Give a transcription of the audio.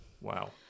Wow